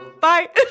bye